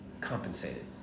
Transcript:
compensated